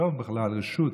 לחשוב בכלל על רשות.